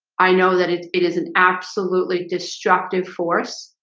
i know that it it is an absolutely destructive force.